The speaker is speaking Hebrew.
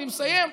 אני מסיים,